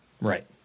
Right